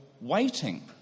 waiting